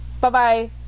Bye-bye